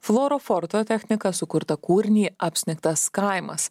fluoroforto technika sukurtą kūrinį apsnigtas kaimas